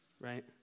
Right